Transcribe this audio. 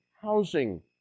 housing